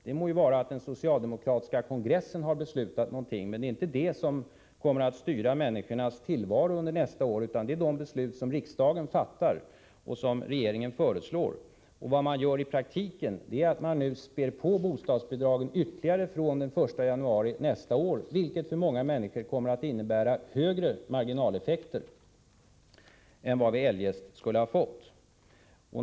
Det må vara att den socialdemokratiska kongressen beslutat någonting, men det är inte det som kommer att styra människornas tillvaro under nästa år, utan det är de beslut som riksdagen fattar och de förslag som regeringen lägger fram. Vad man gör i praktiken är att man nu späder på bostadsbidragen ytterligare från den 1 januari nästa år, vilket för många människor kommer att innebära högre marginaleffekter än vad man eljest skulle ha fått.